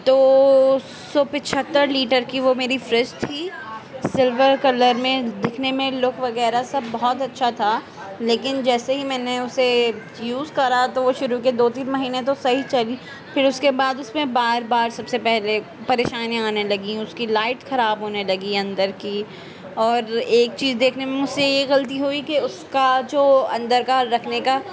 دو سو پچہتر لیٹر کی وہ میری فریج تھی سلور کلر میں دکھنے میں لک وغیرہ سب بہت اچھا تھا لیکن جیسے ہی میں نے اسے یوز کرا تو وہ شروع کے دو تین مہینے تو صحیح چلی پھر اس کے بعد اس میں بار بار سب سے پہلے پریشانیاں آنے لگییں اس کی لائٹ خراب ہونے لگی اندر کی اور ایک چیز دیکھنے میں مجھ سے یہ غلطی ہوئی کہ اس کا جو اندر کا رکھنے کا